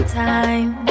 time